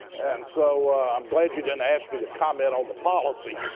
and so i'm glad you didn't ask me to comment on the policy